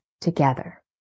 together